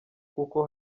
kuko